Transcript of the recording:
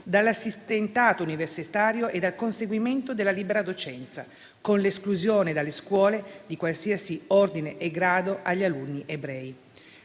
dall'assistentato universitario e dal conseguimento della libera docenza; con l'esclusione dalle scuole di qualsiasi ordine e grado agli alunni ebrei.